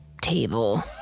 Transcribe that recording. table